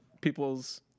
people's